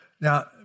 Now